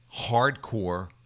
hardcore